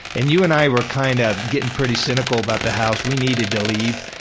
and you and i were kind of getting pretty cynical about the house, we needed to leave.